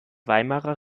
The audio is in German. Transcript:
weimarer